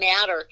matter